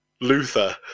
Luther